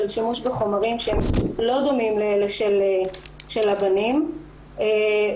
של שימוש בחומרים שהם לא דומים לשל הבנים ואנחנו